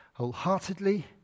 Wholeheartedly